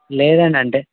లేదండి అంటే